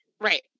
Right